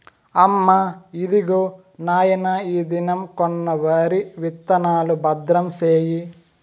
అమ్మా, ఇదిగో నాయన ఈ దినం కొన్న వరి విత్తనాలు, భద్రం సేయి